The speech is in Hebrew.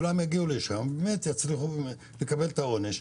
שכולם יגיעו לשם ויצליחו לקבל את העונש.